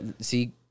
See